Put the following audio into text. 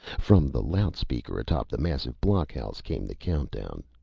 from the loud-speaker atop the massive block-house came the countdown.